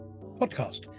Podcast